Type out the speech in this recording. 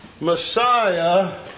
Messiah